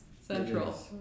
central